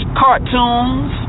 cartoons